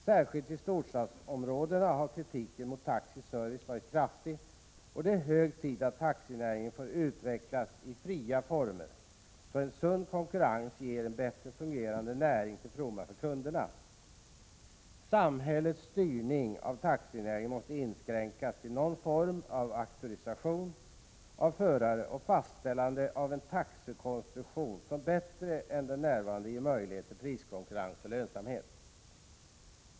Särskilt i storstadsområdena har kritiken mot taxis service varit kraftig. Det är hög tid att taxinäringen får utvecklas i fria former. En sund konkurrens ger en bättre fungerande näring, till ftfomma för kunderna. Samhällets styrning av taxinäringen måste inskränkas till någon form av auktorisation av förare och fastställande av en taxekonstruktion som bättre än den nuvarande ger möjlighet till priskonkurrens och lönsamhet.